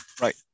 Right